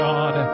God